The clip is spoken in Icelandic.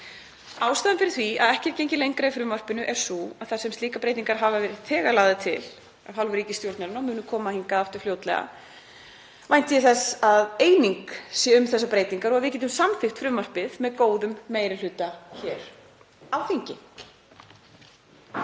Ástæðan fyrir því að ekki er gengið lengra í frumvarpinu er sú að þar sem slíkar breytingar hafa verið þegar lagðar til af hálfu ríkisstjórnarinnar og munu koma hingað aftur fljótlega vænti ég þess að eining sé um þessar breytingar og við getum samþykkt frumvarpið með góðum meiri hluta hér á þingi.